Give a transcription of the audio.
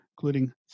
including